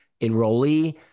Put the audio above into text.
enrollee